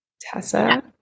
Tessa